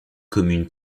communes